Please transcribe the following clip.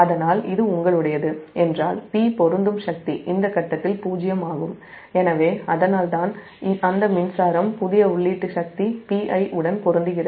அதனால் இது உங்களுடையது என்றால் P பொருந்தும் சக்தி இந்த ஃபேஸ்ல் 0 ஆகும் எனவே அதனால்தான் அந்த மின்சாரம் புதிய உள்ளீட்டு சக்தி Pi உடன் பொருந்துகிறது